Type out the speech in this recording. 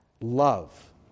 love